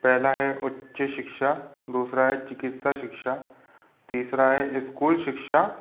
पहला है उच्च शिक्षा दूसरा है चिकित्सा शिक्षा तीसरा है इस्कूल शिक्षा